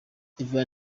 ivan